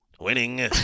winning